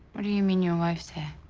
what do you mean, your wife's hair?